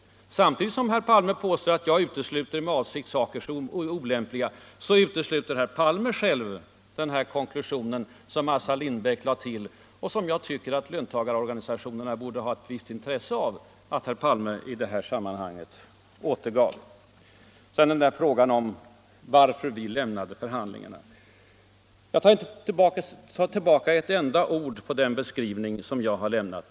Samtidigt som herr Palme påstår att jag med avsikt skulle ha uteslutit saker som är olämpliga, utesluter herr Palme själv den konklusion, som Assar Lindbeck lade till och som jag tycker att i varje fall löntagarorganisationerna borde ha ett intresse av att herr Palme återger. Varför lämnade vi moderater förhandlingarna? Jag tar inte tillbaka ett enda ord i den beskrivning som jag har lämnat.